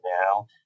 now